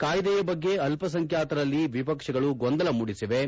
ಕಾಯ್ದೆಯ ಬಗ್ಗೆ ಅಲ್ಪಸಂಖ್ಯಾತರಲ್ಲಿ ವಿಪಕ್ಷಗಳು ಗೊಂದಲ ಮೂಡಿಸಿವೆ